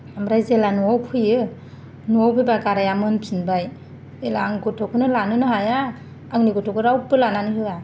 ओमफ्राय जेला न'आव फैयो न'आव फैबा गाराया मोनफिबाय जेला आं गथ'खौनो लानोनो हाया आंनि गथ'खौ रावबो लानानै होआ